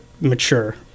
mature